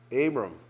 Abram